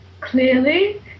clearly